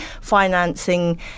financing